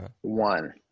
one